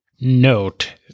note